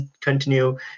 continue